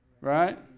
Right